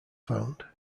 found